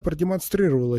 продемонстрировала